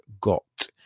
got